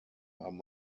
haben